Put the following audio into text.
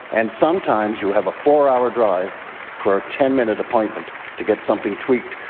and sometimes you have a four hour drive for a ten minute appointment to get something tweaked.